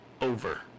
over